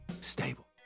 Stable